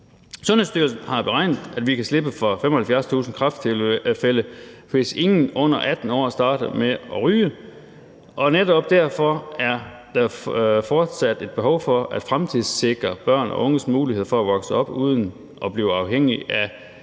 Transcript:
Sundhedsstyrelsen har beregnet, at vi kan slippe for 75.000 kræfttilfælde, hvis ingen under 18 år starter med at ryge, og netop derfor er der fortsat et behov for at fremtidssikre børn og unges mulighed for at vokse op uden at blive uafhængig af